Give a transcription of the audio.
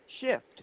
shift